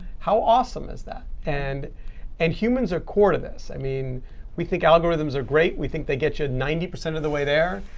how awesome is that? and and humans are core to this. i mean we think algorithms are great. we think they get you ninety percent of the way there.